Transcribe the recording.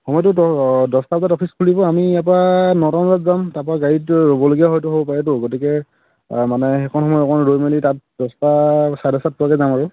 হ'ব দিয়ক দহ দহটা বজাত অ'ফিচ খুলিব আমি ইয়াৰপৰা নটামান বজাত যাম তাৰপৰা গাড়ীত ৰ'বলগীয়াও হয়তো হ'ব পাৰেতো গতিকে মানে সেইকণ সময় অকণমান ৰৈ মেলি তাত দহটা চাৰে দহটাত পোৱাকৈ যাম আৰু